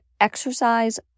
exercise